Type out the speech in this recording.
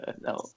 No